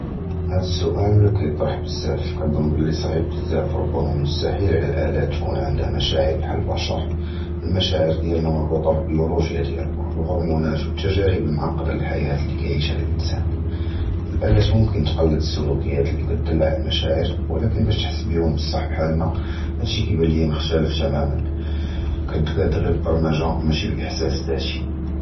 הַדָּא סוּאַל כִּיַּטְרַח בְּזַבַּא, וְכנְצַנּ בְּלִי סְעִיב בְּזַבַּא, רֻבַּמָא מֻסְתַחִיל עַל הַאַלאטִים תִּקוּן עַנְדְהוּם מְשַאעֵר בְּחָאל הַבְּשָאר, הַמְּשַאעֵר דִיָּאלְנָא מְרוּבוּטָה בְּלְבִּיּוֹלוֹגְיָא דִיָּאלְנָא, הַהֻרְמוֹנָאת וְהַתַּגַּארִב הַמֻּעֻקָּדָה לַחַיַּאת לִי כִּיַעִיש הָאָדָם, הַאַלאטִים מֻכְנָה תִּקְלֵד אֶל-סֻלֻוקִיַאת לִי כִּדַּל עַל הַמְּשַאעֵר, וְלָקִין בַּשּׁ תַּחְס בְּהּוּם בְּסַח בְּחָאלְנָא, הַדָּא שִׁי כִּיַּבַּאן לִי מֻכְתַלְפִּיף תַּמָּאמָאן, כִּתְקַּדַּאר אִלָּא בְּלַבְּרוּגְרָאמָה מַאְשִי בְּאִחְסַאס זַאטִי.